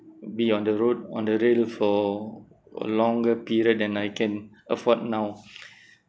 be on the road on the rail for a longer period than I can afford now